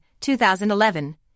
2011